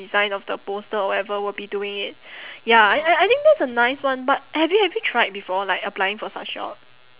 design of the poster or whatever will be doing it ya I I I think that's a nice one but have you have you tried before like applying for such job